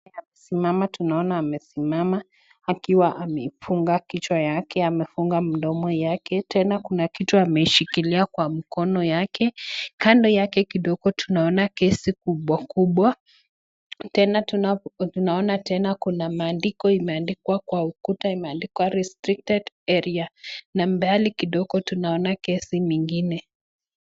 Amesimama, tunaona amesimama akiwa amefunga kichwa yake, amefunga mdomo yake. Tena kuna kitu ameshikilia kwa mkono yake. Kando yake kidogo tunaona gesi kubwa kubwa. Tena tunaona tena kuna maandiko imeandikwa kwa ukuta, imeandikwa restricted area . Na mbali kidogo tunaona gesi mingine.